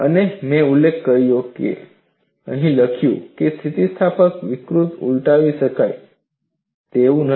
અને મેં ઉલ્લેખ કર્યો છે તેમ અહીં લખ્યું છે કે સ્થિતિસ્થાપક વિરૂપતા ઉલટાવી શકાય તેવું નથી